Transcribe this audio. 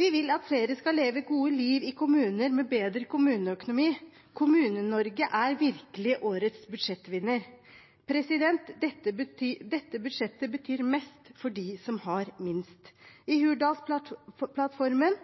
Vi vil at flere skal leve gode liv i kommuner med bedre økonomi. Kommune-Norge er virkelig årets budsjettvinner. Dette budsjettet betyr mest for dem som har minst. I Hurdalsplattformen